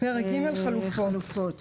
128.חלופות